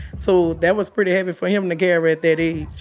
so that was pretty heavy for him to carry at that age.